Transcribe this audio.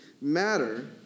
matter